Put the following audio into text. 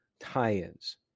tie-ins